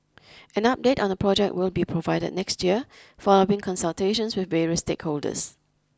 an update on the project will be provided next year following consultations with various stakeholders